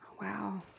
Wow